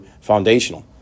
foundational